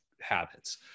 habits